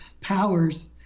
powers